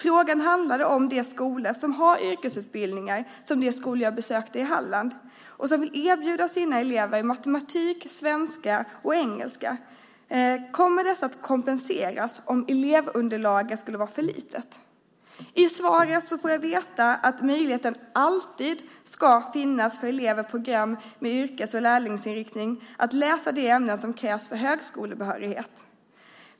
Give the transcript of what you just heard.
Frågan handlade om de skolor som har yrkesutbildningar, som de skolor jag besökte i Halland, och som vill erbjuda sina elever matematik, svenska och engelska. Kommer dessa att kompenseras om elevunderlaget skulle vara för litet? I svaret fick jag veta att möjligheten alltid ska finnas för elever på program med yrkes och lärlingsinriktning att läsa de ämnen som krävs för högskolebehörighet.